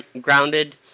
grounded